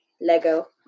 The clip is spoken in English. Lego